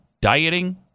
dieting